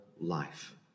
life